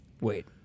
wait